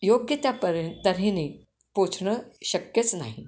योग्य त्या पऱ्हे तऱ्हेने पोहोचणं शक्यच नाही